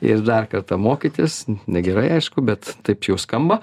ir dar kartą mokytis negerai aišku bet taip jau skamba